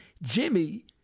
Jimmy